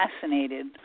fascinated